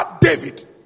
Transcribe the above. David